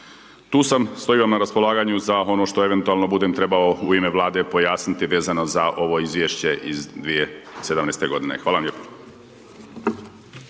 Tu sam, stojim vam na raspolaganju za ono što eventualno budem trebao u ime Vlade pojasniti vezano za ovo izvješće iz 2017. g., hvala vam lijepo.